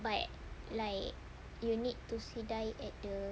but like you need to sidai at the